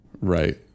Right